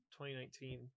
2019